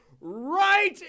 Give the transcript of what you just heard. right